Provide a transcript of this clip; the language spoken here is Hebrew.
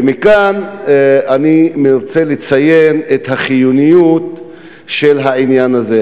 ומכאן אני רוצה לציין את החיוניות של העניין הזה.